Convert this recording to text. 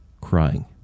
crying